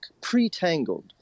pre-tangled